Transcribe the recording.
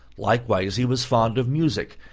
likewise he was fond of music,